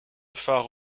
phare